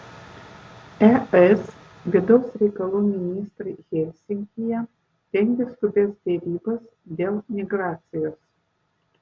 es vidaus reikalų ministrai helsinkyje rengia skubias derybas dėl migracijos